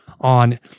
on